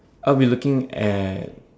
I'll be looking at